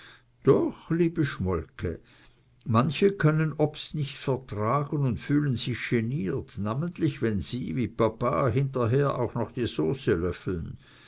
doch liebe schmolke manche können obst nicht vertragen und fühlen sich geniert namentlich wenn sie wie papa hinterher auch noch die sauce löffeln